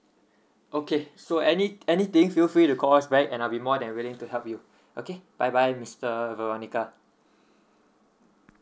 okay so any anything feel free to call us back and I'll be more than willing to help you okay bye bye mister veronica